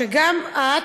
שגם את,